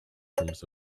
terms